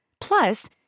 Plus